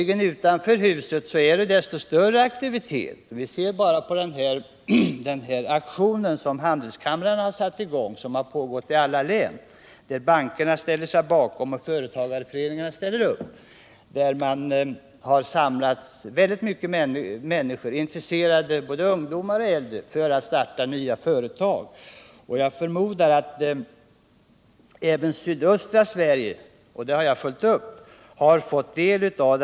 Utanför detta hus är det desto större aktivitet — vi kan bara se på den aktion som handelskammaren satt i gång och som pågått i alla län. Bankerna ställer sig bakom och företagarföreningarna ställer upp. Man har här samlat mycket människor, både ungdomar och äldre, som är intresserade av att starta nya företag. Jag förmodar att även sydöstra Sverige har fått del av denna aktivitet.